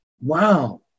wow